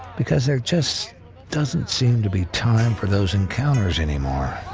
because there just doesn't seem to be time for those encounters anymore.